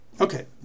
okay